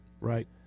Right